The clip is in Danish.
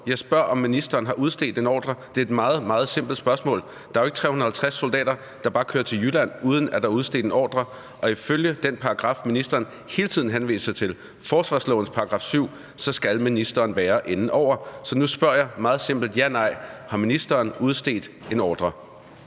Jeg spørger, om ministeren har udstedt en ordre. Det er et meget, meget simpelt spørgsmål. Der er jo ikke 350 soldater, der bare kører til Jylland, uden at der er udstedt en ordre, og ifølge den paragraf, ministeren hele tiden henviser til, nemlig forsvarslovens § 7, skal ministeren være inde over. Så nu spørger jeg meget simpelt – ja eller nej: Har ministeren udstedt en ordre?